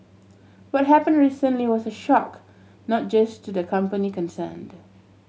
what happen recently was a shock not just to the company concerned